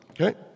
okay